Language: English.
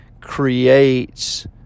creates